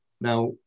now